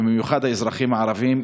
ובמיוחד לאזרחים הערבים,